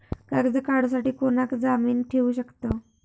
कर्ज काढूसाठी कोणाक जामीन ठेवू शकतव?